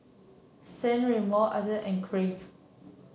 San Remo Asics and Crave